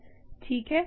ठीक है